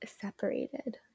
separated